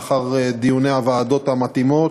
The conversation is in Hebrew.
לאחר דיוני הוועדות המתאימות,